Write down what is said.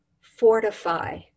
fortify